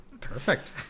Perfect